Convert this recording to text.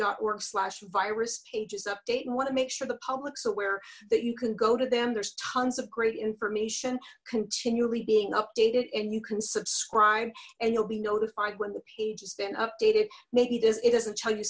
d org slash virus pages update and want to make sure the public's aware that you can go to them there's tons of great information continually being updated and you can subscribe and you'll be notified when the page has been updated maybe this it doesn't tell you